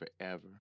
forever